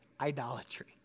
idolatry